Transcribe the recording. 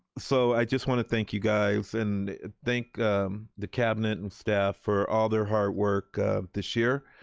so i just want to thank you guys and thank the cabinet and staff for all their hard work this year.